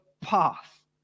path